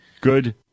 good